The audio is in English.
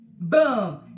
boom